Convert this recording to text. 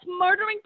murdering